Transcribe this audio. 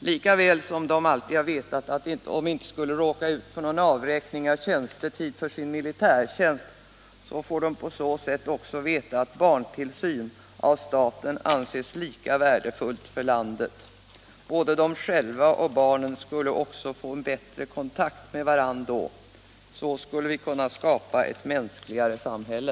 Lika väl som männen alltid vetat att de inte skulle råka ut för någon avräkning av tjänstetid för sin mi litärtjänst får de på så sätt också veta att barntillsyn av staten anses lika värdefull för landet. Både de själva och barnen skulle då även få en bättre kontakt med varandra. Så skulle vi kunna skapa ett mänskligare